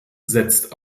setzt